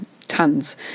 tons